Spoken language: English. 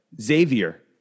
Xavier